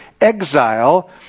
exile